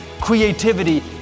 creativity